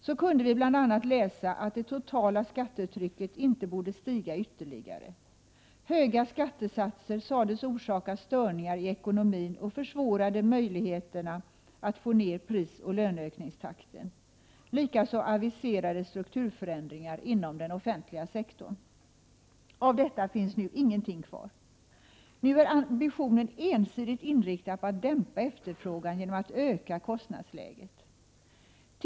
Vi kunde bl.a. läsa att det totala skattetrycket inte borde stiga ytterligare. Höga skattesatser sades orsaka störningar i ekonomin och försvåra möjligheterna att få ner prisoch löneökningstakten. Likaså aviserades strukturförändringar inom den offentliga sektorn. Av detta finns nu ingenting kvar. Nu är ambitionen ensidigt inriktad på att dämpa efterfrågan genom att öka kostnadsläget.